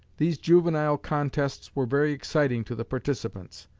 these juvenile contests were very exciting to the participants,